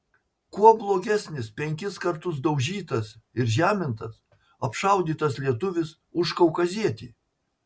kuo blogesnis penkis kartus daužytas ir žemintas apšaudytas lietuvis už kaukazietį